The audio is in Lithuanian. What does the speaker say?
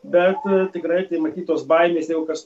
bet tikrai matyt tos baimės jeigu kas